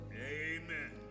Amen